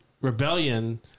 rebellion